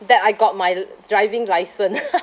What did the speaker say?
that I got my l~ driving license